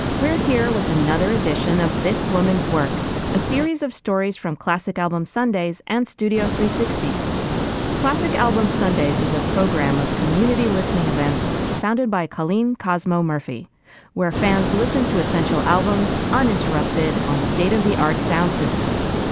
we're here with another edition of this woman's work a series of stories from classic album sundays and studio three hundred and sixty classic albums sunday's is a program of community listening events founded by colleen cosmo murphy where fans listen to essential albums uninterrupted on state of the art sound systems.